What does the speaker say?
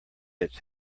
its